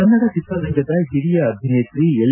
ಕನ್ನಡ ಚಿತ್ರರಂಗದ ಓರಿಯ ಅಭನೇತ್ರಿ ಎಲ್